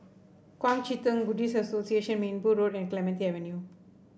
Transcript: Kuang Chee Tng Buddhist Association Minbu Road and Clementi Avenue